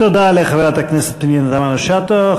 תודה לחברת הכנסת פנינה תמנו-שטה.